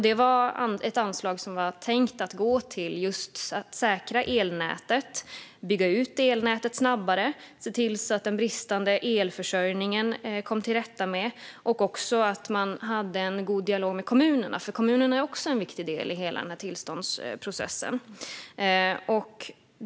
Det var ett anslag som var tänkt att gå till just att säkra elnätet - bygga ut elnätet snabbare och se till att komma till rätta med den bristande elförsörjningen - och också se till att man hade en god dialog med kommunerna, för kommunerna är också en viktig del i hela tillståndsprocessen.